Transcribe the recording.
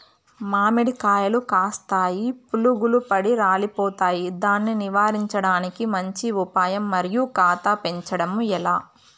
మామిడి కాయలు కాస్తాయి పులుగులు పడి రాలిపోతాయి దాన్ని నివారించడానికి మంచి ఉపాయం మరియు కాత పెంచడము ఏలా?